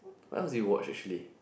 what else do you watch actually